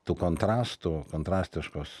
tų kontrastų kontrastiškos